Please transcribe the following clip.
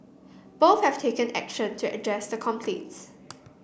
both have taken action to address the complaints